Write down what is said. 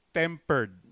tempered